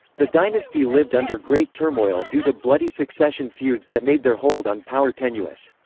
the dynasty lived under great turmoil due to bloody succession feuds that made their hold on power tenuous.